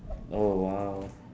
oh !wow!